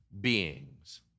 beings